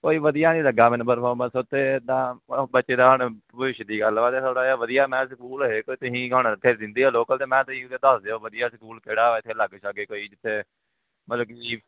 ਕੋਈ ਵਧੀਆ ਨਹੀਂ ਲੱਗਿਆ ਮੈਨੂੰ ਪਰਫੋਰਮਸ ਉੱਥੇ ਇੱਦਾਂ ਬੱਚੇ ਦਾ ਹੁਣ ਭਵਿੱਖ ਦੀ ਗੱਲਬਾਤ ਹੈ ਥੋੜ੍ਹਾ ਜਿਹਾ ਵਧੀਆ ਮੈਂ ਕਿਹਾ ਸਕੂਲ ਹੋਵੇ ਅਤੇ ਤੁਸੀਂ ਹੁਣ ਇੱਥੇ ਰਹਿੰਦੇ ਹੋ ਲੋਕਲ ਤਾਂ ਮੈਂ ਕਿਹਾ ਤੁਸੀਂ ਵੀ ਦੱਸ ਦਿਓ ਵਧੀਆ ਸਕੂਲ ਕਿਹੜਾ ਇੱਥੇ ਲਾਗੇ ਸ਼ਾਗੇ ਕੋਈ ਜਿੱਥੇ ਮਤਲਬ ਕਿ